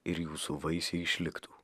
ir jūsų vaisiai išliktų